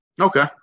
Okay